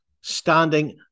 standing